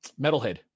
Metalhead